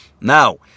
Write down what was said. now